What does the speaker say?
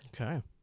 Okay